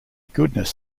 goodness